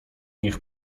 niech